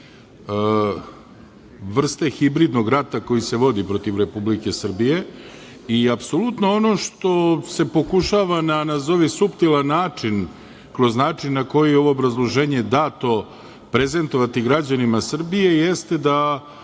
vrste hibridnog rata koji se vodi protiv Republike Srbije i apsolutno ono što se pokušava na nazovi suptilan način, kroz način na koji je ovo obrazloženje dato, prezentovati građanima Srbije jeste da